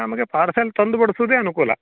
ನಮಗೆ ಪಾರ್ಸೆಲ್ ತಂದು ಬಡ್ಸೋದೇ ಅನುಕೂಲ